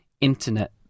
internet